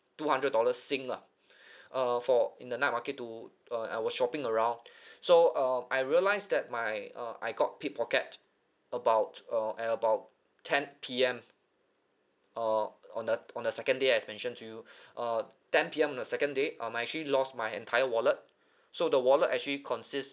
two hundred dollars sing lah uh for in the night market to uh I was shopping around so uh I realised that my uh I got pick pocket about uh at about ten P_M uh on the on the second day as mentioned to you uh ten P_M on the second day um I actually lost my entire wallet so the wallet actually consist